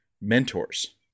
mentors